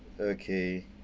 okay